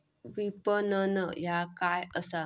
विपणन ह्या काय असा?